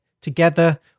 together